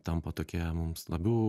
tampa tokie mums labiau